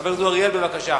חבר הכנסת אורי אריאל, בבקשה.